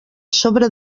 sobre